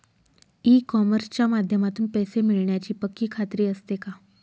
E कॉमर्सच्या माध्यमातून पैसे मिळण्याची पक्की खात्री असते का?